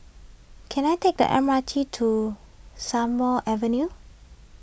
can I take the M R T to Strathmore Avenue